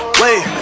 wait